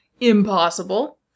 impossible